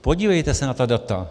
Podívejte se na ta data.